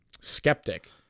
skeptic